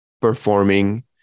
performing